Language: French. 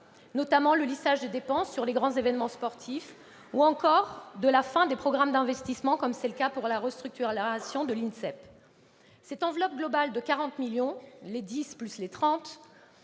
notamment du lissage des dépenses sur les grands événements sportifs et de la fin des programmes d'investissement, par exemple pour la restructuration de l'INSEP. Cette enveloppe globale de 40 millions d'euros- 10